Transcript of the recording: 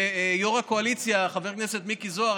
ויו"ר הקואליציה חבר הכנסת מיקי זוהר,